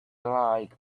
like